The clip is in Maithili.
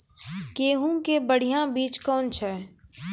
गेहूँ के बढ़िया बीज कौन छ?